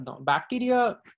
Bacteria